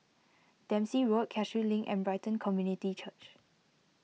Dempsey Road Cashew Link and Brighton Community Church